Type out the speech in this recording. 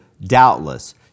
doubtless